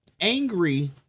angry